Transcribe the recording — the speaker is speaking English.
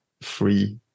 free